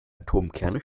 atomkerne